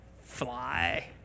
fly